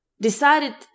decided